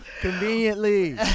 Conveniently